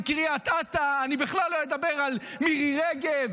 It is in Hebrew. עם קריית אתא; אני בכלל לא אדבר על מירי רגב,